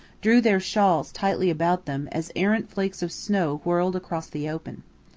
drew their shawls tightly about them as errant flakes of snow whirled across the open.